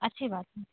अच्छी बात है